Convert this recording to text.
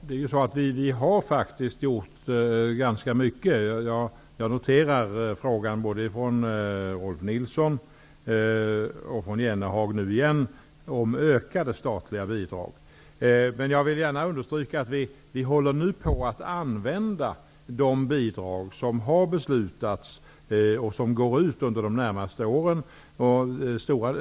Herr talman! Vi har faktiskt gjort ganska mycket. Jag noterar frågan både från Rolf L Nilson och från Jan Jennehag om ökade statliga bidrag. Men jag vill gärna understryka att vi nu håller på att använda de bidrag som har beslutats och som utgår under de närmaste åren.